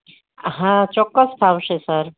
હા ચોક્કસ ફાવશે સર